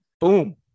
Boom